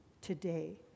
today